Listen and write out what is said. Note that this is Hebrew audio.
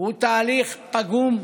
בו הוא תהליך פגום,